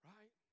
Right